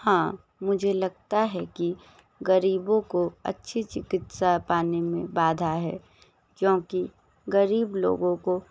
हाँ मुझे लगता है कीकि ग़रीबों को अच्छी चिकित्सा पाने में बाधा है क्योंकि ग़रीब लोगों को